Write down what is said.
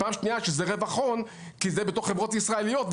ופעם שנייה שזה רווח הון כי זה בתוך חברות ישראליות,